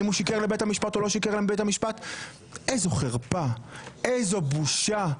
האם הוא שיקר לבית המשפט או לא שיקר לבית המשפט לבית המשפט.